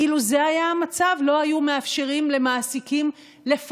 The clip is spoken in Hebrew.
אילו זה היה המצב לא היו מאפשרים למעסיקים לפטר